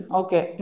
okay